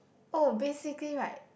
oh basically right